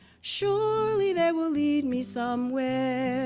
surely they will lead me somewhere.